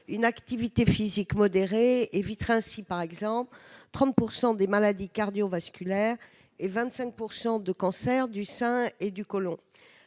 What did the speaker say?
Une activité physique modérée permet ainsi d'éviter, par exemple, 30 % des maladies cardiovasculaires et 25 % des cancers du sein ou du côlon.